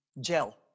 gel